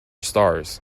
stars